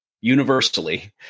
universally